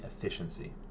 efficiency